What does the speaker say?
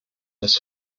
das